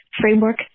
framework